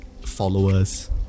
followers